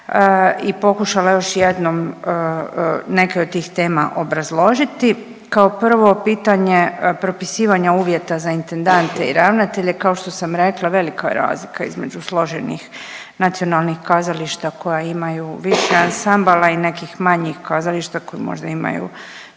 i pokušala još jednom neke od tih tema obrazložiti. Kao prvo, pitanje propisivanja uvjeta za intendante i ravnatelje, kao što sam rekla velika je razlika između složenih nacionalnih kazališta koja ima više ansambala i nekih manjih kazališta koji možda imaju